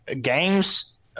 games